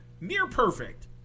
near-perfect